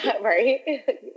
Right